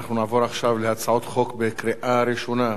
התשע"ב 2012, לקריאה ראשונה,